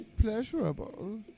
pleasurable